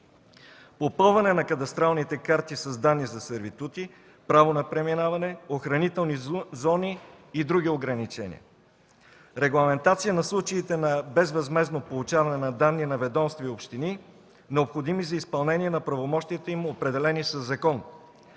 попълване на кадастралните карти с данни за сервитути, право на преминаване, охранителни зони и др. ограничения; - регламентация на случаите на безвъзмездно получаване на данни на ведомства и общини, необходими за изпълнение на правомощията им, определени със закон;